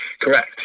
Correct